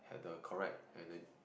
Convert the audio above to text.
had the correct ener~